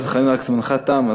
זמנך תם,